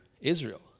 Israel